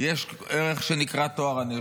יש ערך שנקרא טוהר הנשק,